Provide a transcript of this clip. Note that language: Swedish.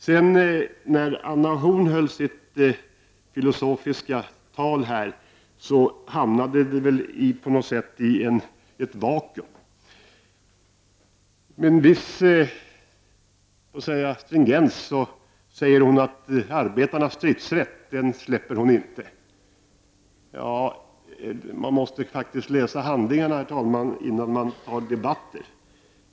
När Anna Horn af Rantzien höll sitt filosofiska tal hamnade hon väl på sätt och vis i ett vakuum. Med en viss stringens sade hon att arbetarnas stridsrätt släpper hon inte. Herr talman! Man måste faktiskt läsa handlingarna, innan man för en debatt.